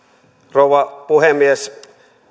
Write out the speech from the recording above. rouva puhemies